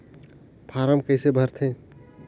Form कइसे भरते?